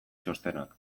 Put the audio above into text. txostenak